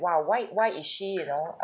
!wah! why why is she you know